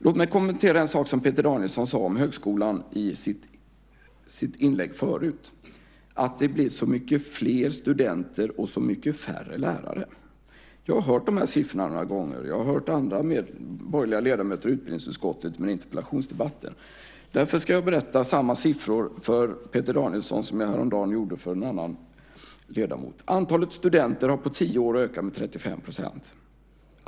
Låt mig kommentera en sak som Peter Danielsson sade om högskolan i sitt inlägg förut, att det blir så mycket fler studenter och så mycket färre lärare. Jag har hört de siffrorna några gånger. Jag har också hört dem från borgerliga ledamöter i utbildningsutskottet i interpellationsdebatter. Därför ska jag berätta om samma siffror för Peter Danielsson som jag häromdagen gjorde för en annan ledamot. Antalet studenter har på tio år ökar med 35 %.